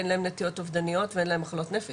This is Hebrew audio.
אין להם נטיות אובדניות ואין להם מחלות נפש.